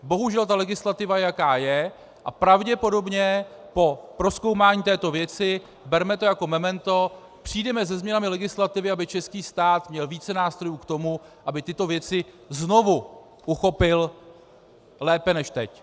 Bohužel legislativa je, jaká je, a pravděpodobně po prozkoumání této věci, berme to jako memento, přijdeme se změnami legislativy, aby český stát měl více nástrojů k tomu, aby tyto věci znovu uchopil lépe než teď.